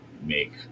make